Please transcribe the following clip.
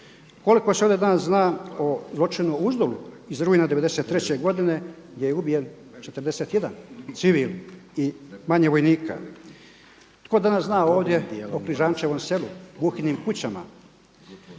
Koliko se ovdje danas zna o zločinu u Uzdolu iz rujna '93. godine gdje je ubijen 41 civil i manje vojnika. Tko zna danas ovdje o Križančevom selu, Buhinim kućama,